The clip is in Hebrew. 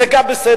זה גם בסדר,